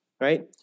right